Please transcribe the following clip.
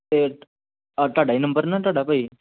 ਅਤੇ ਆਹ ਤੁਹਾਡਾ ਹੀ ਨੰਬਰ ਨਾ ਤੁਹਾਡਾ ਭਾਅ ਜੀ